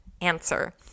answer